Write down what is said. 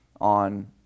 on